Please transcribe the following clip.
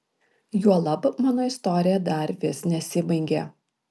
juolab mano istorija dar vis nesibaigė